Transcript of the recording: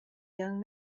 young